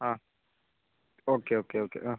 ആ okay okay okay ആ